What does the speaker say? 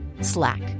Slack